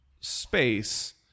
space